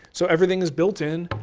so everything is built in.